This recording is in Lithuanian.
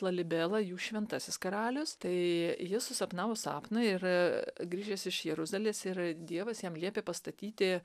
lalibela jų šventasis karalius tai jis susapnavo sapną ir grįžęs iš jeruzalės ir dievas jam liepė pastatyti